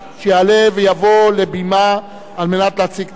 שיעלה ויבוא לבמה כדי להציג את החוק.